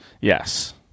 Yes